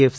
F